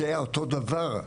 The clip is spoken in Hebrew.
זה אותו דבר,